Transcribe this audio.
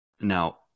Now